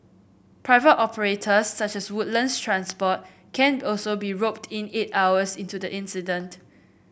private operators such as Woodlands Transport can also be roped in eight hours into the incident